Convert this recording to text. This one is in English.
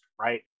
right